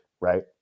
right